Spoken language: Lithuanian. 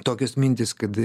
tokios mintys kad